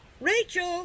Rachel